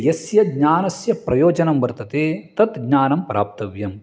यस्य ज्ञानस्य प्रयोजनं वर्तते तत् ज्ञानं प्राप्तव्यं